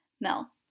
Mel